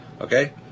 Okay